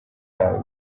ntawe